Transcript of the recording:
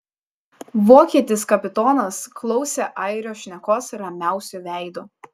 vokietis kapitonas klausė airio šnekos ramiausiu veidu